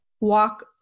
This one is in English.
walk